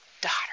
Daughter